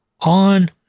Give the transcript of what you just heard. on